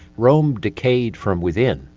rome decayed from within,